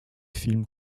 film